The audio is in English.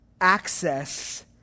access